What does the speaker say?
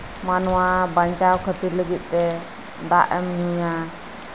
ᱢᱟᱱᱣᱟ ᱵᱟᱧᱪᱷᱟᱣ ᱠᱷᱟᱹᱛᱤᱨ ᱛᱮ ᱫᱟᱜ ᱮᱢ ᱧᱩᱭᱟ